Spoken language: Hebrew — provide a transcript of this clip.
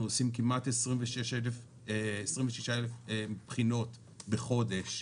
אנחנו עושים כמעט 26,000 בחינות בחודש,